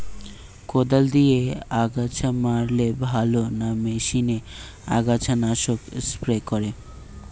কদাল দিয়ে আগাছা মারলে ভালো না মেশিনে আগাছা নাশক স্প্রে করে?